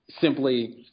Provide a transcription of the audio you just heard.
simply